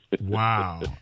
wow